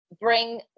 bring